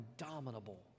indomitable